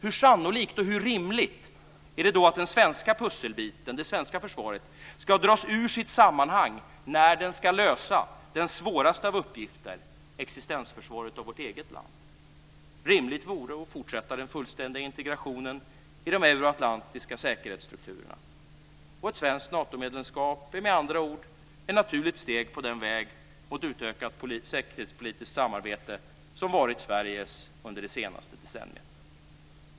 Hur sannolikt, och hur rimligt, är det då att den svenska pusselbiten - det svenska försvaret - ska dras ur sitt sammanhang när den ska lösa den svåraste av uppgifter, nämligen existensförsvaret av vårt eget land? Det vore rimligt att fortsätta den fullständiga integrationen i de euroatlantiska säkerhetsstrukturerna. Ett svenskt Natomedlemskap är, med andra ord, ett naturligt steg på den väg mot utökat säkerhetspolitiskt samarbete som har varit Sveriges under det senaste decenniet.